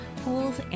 pools